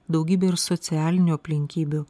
daugybė ir socialinių aplinkybių